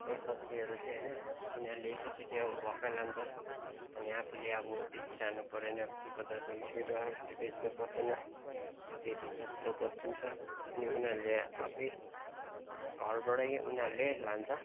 सबै सब्जिहरू चाहिँ होइन तिनीहरूले एकैचोटि अब भ्वाक्कै लान्छ अनि आफूले अब बेचिरहनु परेन बजारमा लगेर त्यो बेच्नु पर्दैन त्यती सजिलो गरिदिन्छ अनि उनिहरूले आफै घरबाटै उनिहरूले लान्छ